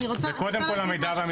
קודם כל המידע והמסמכים שהתקבלו.